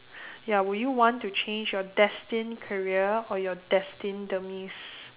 ya would you want to change your destined career or your destined demise